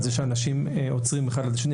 על זה שאנשים עוצרים אחד ליד השני,